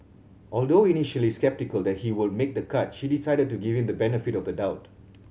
although initially sceptical that he would make the cut she decided to give him the benefit of the doubt